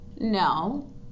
No